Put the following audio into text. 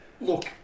look